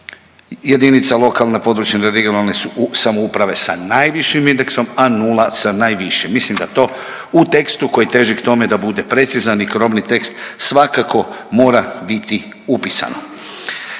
jedinica lokalne i područne (regionalne) samouprave sa najvišim indeksom, a nula sa najvišim. Mislim da to u tekstu koji teži k tome da bude precizan i krovni tekst svakako mora biti upisano.